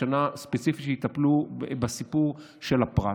כשנה ספציפית שבה יטפלו בסיפור של הפרט.